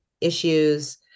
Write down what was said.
issues